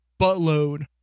buttload